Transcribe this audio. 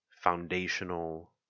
foundational